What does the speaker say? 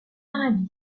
arabie